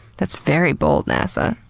that's very bold nasa.